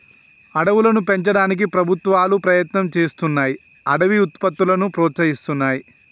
అడవులను పెంచడానికి ప్రభుత్వాలు ప్రయత్నం చేస్తున్నాయ్ అడవి ఉత్పత్తులను ప్రోత్సహిస్తున్నాయి